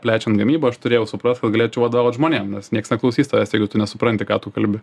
plečiam gamybą aš turėjau suprast kad galėčiau vadovaut žmonėm nes nieks neklausys tavęs jeigu tu nesupranti ką tu kalbi